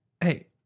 hey